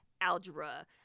algebra